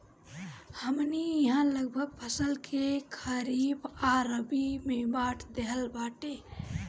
हमनी इहाँ लगभग फसल के खरीफ आ रबी में बाँट देहल बाटे